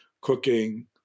cooking